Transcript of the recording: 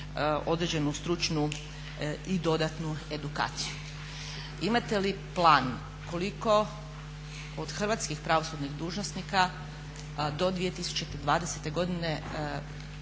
određenu stručnu i dodatnu edukaciju. Imate li plan koliko od hrvatskih pravosudnih dužnosnika do 2020.godine